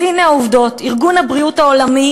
אז הנה העובדות: ארגון הבריאות העולמי